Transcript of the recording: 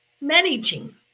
managing